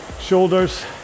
shoulders